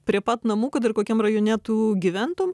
prie pat namų kad ir kokiam rajone tu gyventum